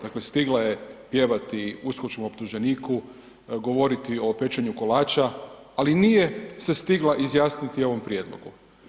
Dakle, stigla je pjevati uskočkom optuženiku, govoriti o pečenju kolača, ali nije se stigla izjasniti o ovom prijedlogu?